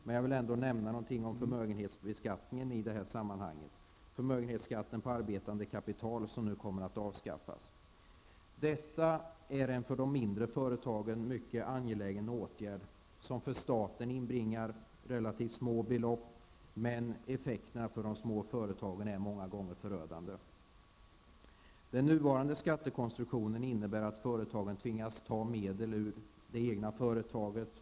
Men jag vill ändå nämna något om förmögenhetsbeskattningen på arbetande kapital som nu kommer att avskaffas. Detta är en för de mindre företagen mycket angelägen åtgärd. Denna skatt inbringar till staten relativt små belopp, men effekterna för de små företagen är många gånger förödande. Den nuvarande skattekonstruktionen innebär att företagen tvingas till att ta ut medel ur företagen.